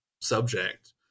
subject